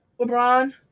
LeBron